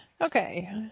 Okay